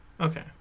Okay